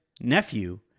nephew